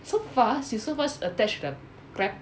so fast you so fast attached to the crab